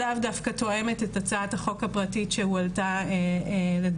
לאו דווקא תואמת את הצעת החוק הפרטית שהועלתה לדיון.